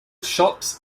shops